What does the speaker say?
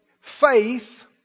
faith